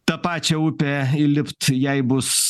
tą pačią upę įlipt jai bus